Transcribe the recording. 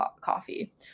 coffee